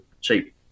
cheap